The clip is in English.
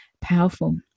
powerful